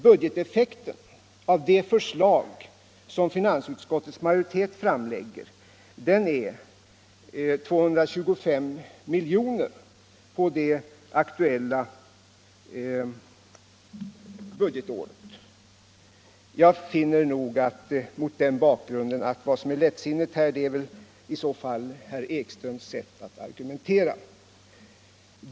Budgeteffekten av det förslag som finansutskottets majoritet framlägger är 225 milj.kr. på det aktuella budgetåret. Jag finner, mot den bakgrunden, att vad som är lättsinnigt, om något är det, i så fall är herr Ekströms sätt att argumentera.